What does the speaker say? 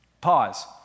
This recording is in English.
Pause